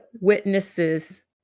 witnesses